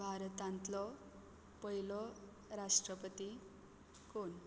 भारतांतलो पयलो राष्ट्रपती कोण